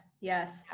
yes